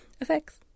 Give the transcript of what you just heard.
Effects